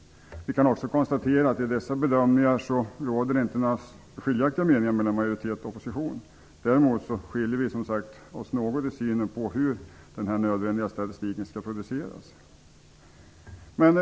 Vi kan också konstatera att i dessa bedömningar råder det inte några skiljaktiga meningar mellan majoritet och opposition. Däremot skiljer vi oss som sagt något i synen på hur den nödvändiga statistiken skall produceras.